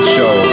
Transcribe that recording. Show